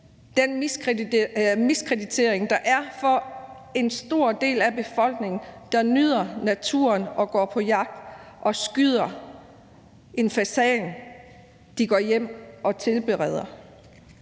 den miskreditering, der er af en stor del af befolkningen, der nyder naturen, går på jagt og skyder en fasan, som de går hjem og tilbereder.